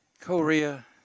Korea